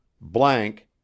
blank